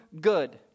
good